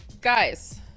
guys